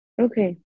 Okay